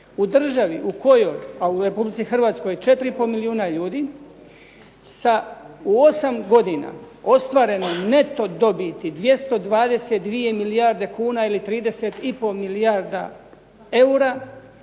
U državi u kojoj, a u Republici Hrvatskoj 4,5 milijuna ljudi u 8 godina ostvareno je neto dobiti 222 milijarde kuna ili 32 milijardi eura,